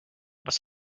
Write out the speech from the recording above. was